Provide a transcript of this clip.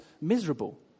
miserable